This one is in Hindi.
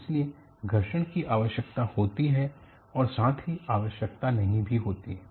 इसलिए घर्षण की आवश्यकता होती है और साथ ही आवश्यकता नहीं भी होती है